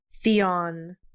Theon